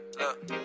look